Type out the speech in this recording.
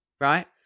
right